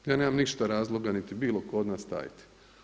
Ja nemam ništa razloga ni bilo tko od nas tajiti.